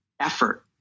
effort